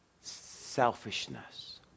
selfishness